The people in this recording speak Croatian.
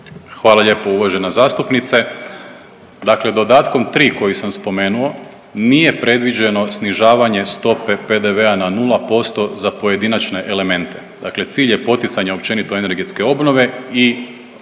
Hvala lijepo uvažena zastupnice. Dakle, dodatkom 3. koji sam spomenuo nije predviđeno snižavanje stope PDV-a na nula posto za pojedinačne elemente. Dakle, cilj je poticanja općenito energetske obnove i